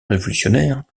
révolutionnaire